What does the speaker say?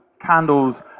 candles